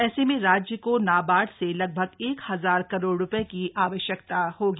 ऐसे में राज्य को नाबार्ड से लगभग एक हजार करोड़ रूपये की थ वश्यकता होगी